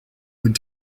would